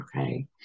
Okay